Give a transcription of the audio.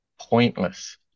pointless